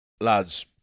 lads